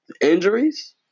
injuries